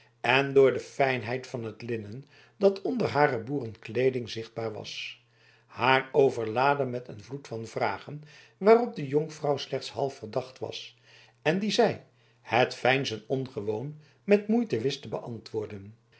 en door de fijnheid van het linnen dat onder hare boerinnenkleeding zichtbaar was haar overlaadde met een vloed van vragen waarop de jonkvrouw slechts half verdacht was en die zij het veinzen ongewoon met moeite wist te beantwoorden